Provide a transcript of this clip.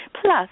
Plus